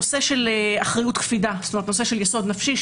הנושא של אחריות קפידה, נושא של יסוד נפשי.